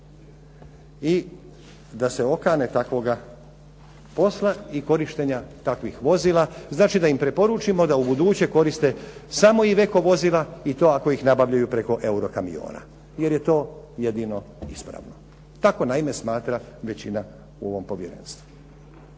i da se okane takvoga posla i korištenja takvih vozila. Znači, da im preporučimo da u buduće koriste samo "Iveco" vozila i to ako ih nabavljaju preko "Eurokamiona" jer je to jedino ispravno. Tako naime smatra većina u ovom povjerenstvu.